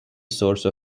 source